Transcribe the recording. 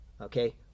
okay